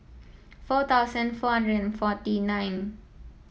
four thousand four hundred and forty nine